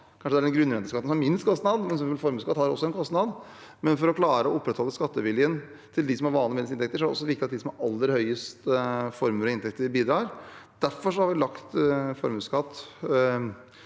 en kostnad. Grunnrenteskatten har kanskje minst kostnad. Formuesskatt har også en kostnad, men for å klare å opprettholde skatteviljen til dem som har vanlige og middels inntekter, er det viktig at de som har aller høyest formue og inntekt, bidrar. Derfor har vi lagt formuesskatt